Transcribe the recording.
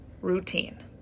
routine